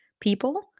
people